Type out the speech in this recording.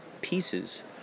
pieces